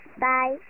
Bye